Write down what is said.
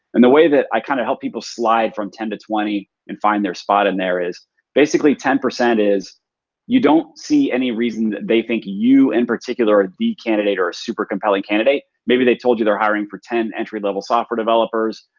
and the way that i kind of help people slide from ten to twenty and find their spot in there is basically ten percent is you don't see any reason that they think you in particular ah are the candidate or a super compelling candidate. maybe they told you they're hiring for ten entry-level software developers.